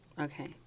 Okay